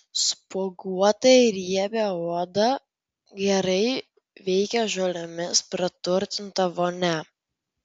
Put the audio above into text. spuoguotą ir riebią odą gerai veikia žolėmis praturtinta vonia